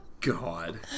God